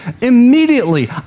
immediately